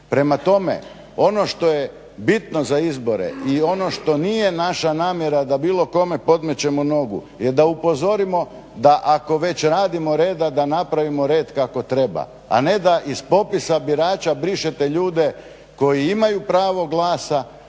Prema tome, ono što je bitno za izbore i ono što nije naša namjera da bilo kome podmećemo nogu je da upozorimo, da ako već radimo reda da napravimo red kako treba, a ne da iz popisa birača brišete ljude koji imaju pravo glasa